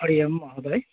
हरि ओं महोदय